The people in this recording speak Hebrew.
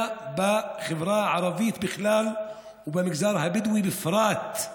בחברה הערבית בכלל ובמגזר הבדואי בפרט.